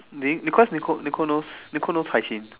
they cause Nicole Nicole knows Nicole knows Haixin